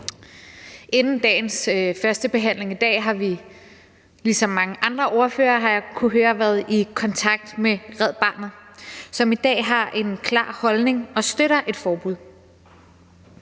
Inden dagens førstebehandling har vi – ligesom mange andre ordførere, har jeg kunnet høre – været i kontakt med Red Barnet, som i dag har en klar holdning og støtter et forbud.